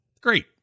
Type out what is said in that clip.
great